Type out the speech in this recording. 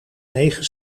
negen